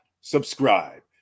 subscribe